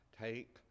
Take